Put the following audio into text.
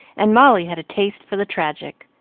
and molly had a taste for the tragic.